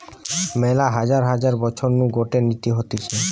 মেলা হাজার হাজার বছর নু গটে নীতি হতিছে